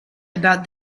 about